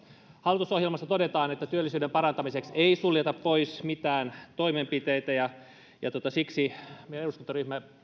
hallitusohjelmassa todetaan että työllisyyden parantamiseksi ei suljeta pois mitään toimenpiteitä ja ja siksi meidän eduskuntaryhmämme